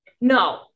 no